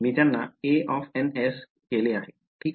मी त्यांना ans केले ठीक